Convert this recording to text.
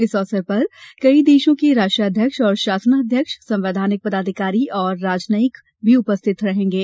इस अवसर पर कई देशों के राष्ट्राध्यक्ष और शासनाध्यक्ष संवैधानिक पदाधिकारी और राजनयिक भी उपस्थित रहेंगे